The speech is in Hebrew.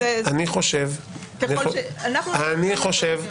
אנחנו לא מצאנו יסוד סביר לחשד.